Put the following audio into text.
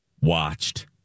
watched